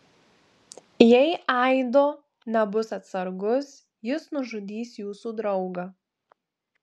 jei aido nebus atsargus jis nužudys jūsų draugą